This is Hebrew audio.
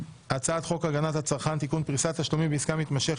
חוק סיוע למשפחות ברוכות ילדים (תיקוני חקיקה),